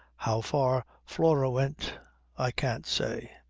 how far flora went i can't say.